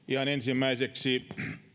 ihan ensimmäiseksi